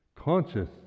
conscious